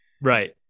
Right